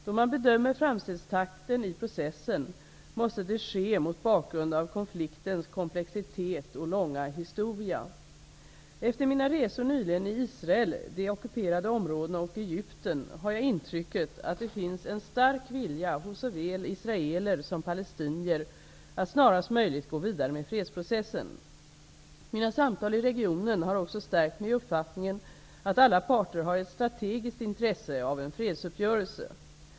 Då man bedömer framstegstakten i processen måste det ske mot bakgrund av konfliktens komplexitet och långa historia. Efter mina resor nyligen i Israel, de ockuperade områdena och Egypten har jag intrycket att det finns en stark vilja hos såväl israeler som palestinier att snarast möjligt gå vidare med fredsprocessen. Mina samtal i regionen har också stärkt mig i uppfattningen att alla parter har ett strategiskt intresse av en fredsuppgörelse.